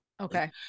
Okay